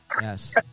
Yes